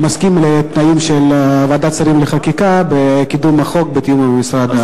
מסכים לתנאים של ועדת השרים לחקיקה בקידום החוק בתיאום עם משרד החינוך.